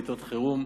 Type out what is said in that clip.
בעתות חירום.